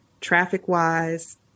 traffic-wise